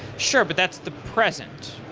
sure. but that's the present.